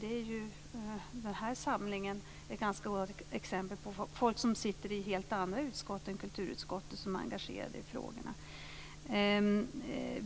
Det är ju den här samlingen av debattörer ett gott exempel på - folk som sitter i helt andra utskott än kulturutskottet är engagerade i frågorna.